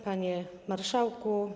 Panie Marszałku!